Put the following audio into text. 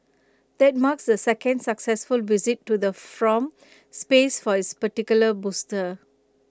that marks the second successful visit to the from space for this particular booster